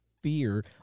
fear